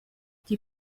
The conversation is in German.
die